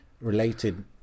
related